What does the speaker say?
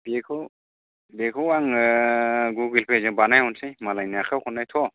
बिखौ बेखौ आङो गुगल पे जों बानायहरसै मालायनि आखायाव हरनायथ'